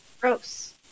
Gross